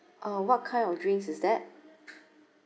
uh what kind of drinks is that